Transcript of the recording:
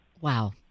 Wow